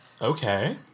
Okay